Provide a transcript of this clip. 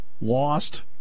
lost